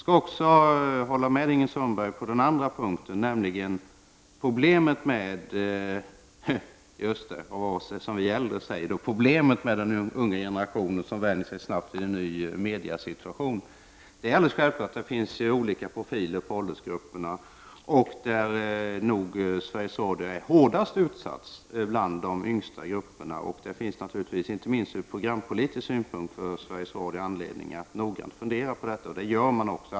Jag håller med Ingrid Sundberg på den andra punkten också, nämligen när det gäller problemet med att den unga generationen snabbt vänjer sig vid en ny mediesituation. Det är olika profil på de olika åldersgrupperna. Där är Sveriges Radio hårdast utsatt bland de yngsta grupperna. Där finns naturligtvis inte minst ur programpolitisk synpunkt för Sveriges Radio anledning att noggrant följa frågan. Det gör man också.